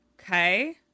Okay